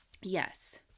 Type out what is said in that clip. Yes